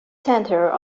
centre